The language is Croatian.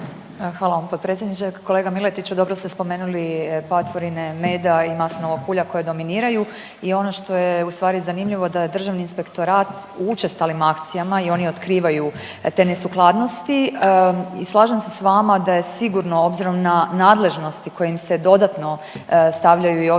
Hvala vam potpredsjedniče. Kolega Miletiću dobro ste spomenuli patvorine meda i maslinovog ulja koje dominiraju i ono što je ustvari zanimljivo da je Državni inspektorat u učestalim akcijama i oni otkrivaju te nesukladnosti. Slažem se s vama da je sigurno obzirom na nadležnosti koje im se dodatno stavljaju i ovim